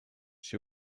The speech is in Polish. się